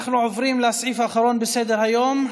אנחנו עוברים לסעיף האחרון בסדר-היום,